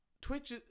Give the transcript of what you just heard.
Twitch